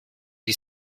die